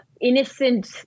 innocent